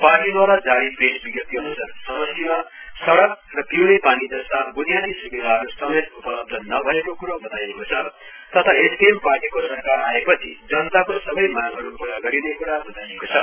पार्टीद्वारा जारी प्रेस विज्ञप्ति अन्सार समष्टिमा सड़क पिउने पानी जस्ता वुनियादी सुविधाहरू समेत उपलब्ध नभएको क्रो बताइएको छ तथा एसकेएम पार्टीको सरकार आएपछि जनताको सबै माँगहरू पूरा गरिने क्रा बताइएको छ